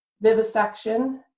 vivisection